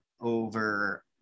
over